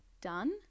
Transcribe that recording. done